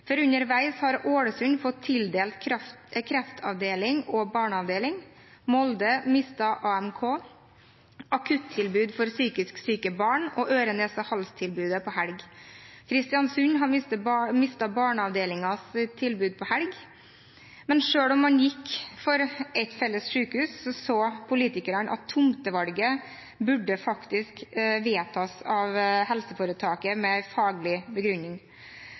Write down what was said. for underveis har Ålesund fått tildelt kreftavdeling og barneavdeling. Molde mistet AMK, akuttilbud for psykisk syke barn og øre-nese-hals-tilbudet på helg. Kristiansund har mistet barneavdelingens tilbud på helg. Men selv om man gikk inn for ett felles sykehus, så politikerne at tomtevalget faktisk burde vedtas av helseforetaket med en faglig